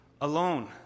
alone